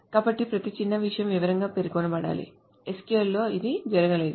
కాబట్టి ప్రతి చిన్న విషయం వివరంగా పేర్కొనబడాలి SQL లో ఇది జరగలేదు